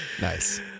Nice